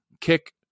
kick